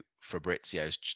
Fabrizio's